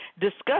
discuss